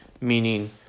meaning